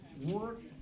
work